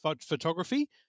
photography